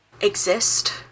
exist